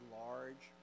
large